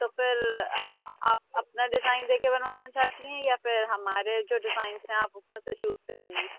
تو پھر ہاں آپ اپنا ڈیزائن دے کر بنوانا چاہتی ہیں یا پھر ہمارے جو ڈیزائنس ہیں آپ اس میں سے چوز کریں گی